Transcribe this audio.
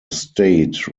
state